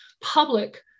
public